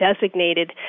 designated